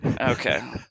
Okay